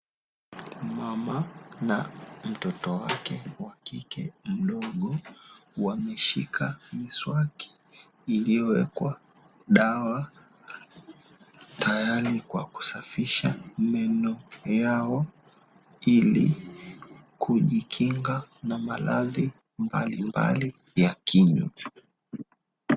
Mama na mtoto wake wa kike mdogo wameshika miswaki iliyowekwa dawa, tayari kwa kusafisha meno yao ili kujikinga na maradhi mbalimbali ya kinywa.